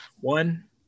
One